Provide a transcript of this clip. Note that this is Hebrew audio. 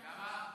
למה?